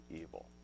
evil